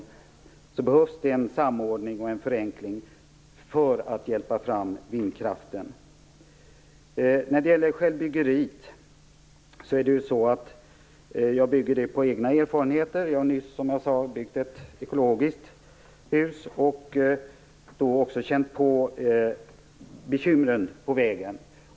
Men det behövs en samordning och en förenkling för att man skall kunna hjälpa fram vindkraften. Detta med självbyggeri har jag egna erfarenheter av. Jag har nyligen byggt ett ekologiskt hus och då fått känna på bekymren på vägen.